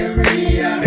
Area